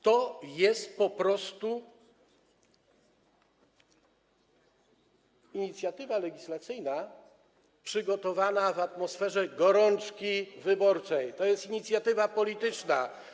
To jest po prostu inicjatywa legislacyjna przygotowana w atmosferze gorączki wyborczej, to jest inicjatywa polityczna.